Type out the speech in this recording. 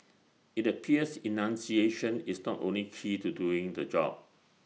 IT appears enunciation is not only key to doing the job